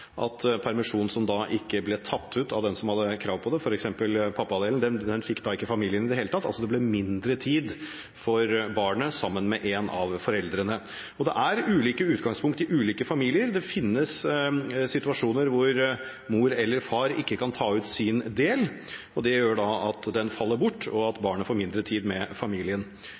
at permisjon som ikke ble tatt ut av den som hadde krav på den, f.eks. pappadelen, fikk ikke familien i det hele tatt. Altså: Det ble mindre tid for barnet sammen med en av foreldrene. Det er ulike utgangspunkt i ulike familier, og det finnes situasjoner hvor mor eller far ikke kan ta ut sin del. Det gjør at den faller bort, og at barnet får mindre tid med familien.